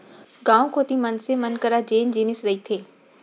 गाँव कोती मनसे मन करा जेन जिनिस रहिथे